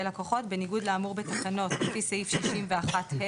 לקוחות בניגוד לאמור בתקנות לפי סעיף 61(ה),